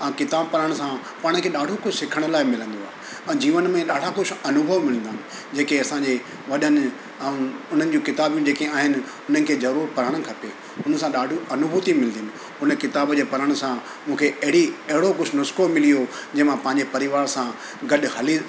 ऐं किताब पढ़ण सां पाण खे ॾाढो कुझु सिखण लाइ मिलंदो आहे ऐं जीवन में ॾाढा कुझु अनुभव मिलंदा आहिनि जेके असांजे वॾनि ऐं उन्हनि जूं किताबूं जेके आहिनि उन्हनि खे ज़रूरु पढ़णु खपे उन सां ॾाढियूं अनुभूतियूं मिलदियूं आहिनि उन किताब जे पढ़ण सां मूंखे अहिड़ी अहिड़ो कुझु नुस्ख़ो मिलियो जे मां पंहिंजे परिवार सां गॾु हली